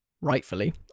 rightfully